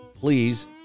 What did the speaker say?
please